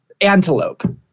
antelope